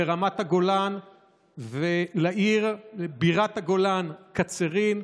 לרמת הגולן ולבירת הגולן העיר קצרין.